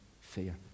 fear